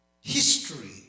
History